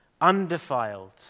undefiled